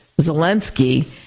Zelensky